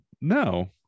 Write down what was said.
no